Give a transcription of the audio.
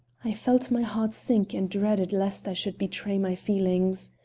i felt my heart sink and dreaded lest i should betray my feelings.